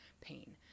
pain